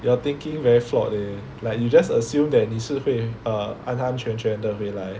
your thinking very flawed leh like you just assume that 你是会 err 安安全全的回来